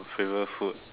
favorite food